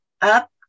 up